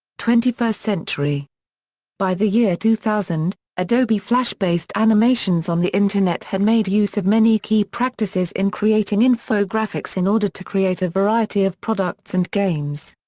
twenty first century by the year two thousand, adobe flash-based animations on the internet had made use of many key practices in creating infographics in order to create a variety of products and games.